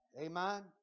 Amen